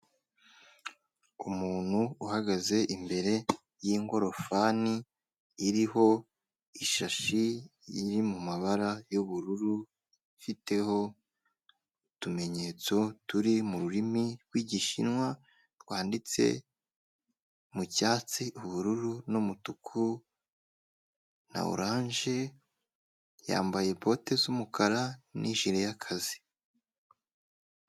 Umuntu uhagaze imbere y'ingorofani, iriho ishashi iri mu mabara y'ubururu, ifiteho utumenyetso turi mu rurimi rw'igishinwa twanditse mu cyatsi, ubururu n'umutuku na oranje yambaye bote z'umukara n'ijire y'akazi.